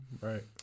Right